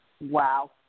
Wow